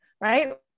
right